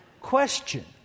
Question